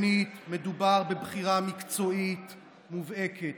שנית, מדובר בבחירה מקצועית מובהקת.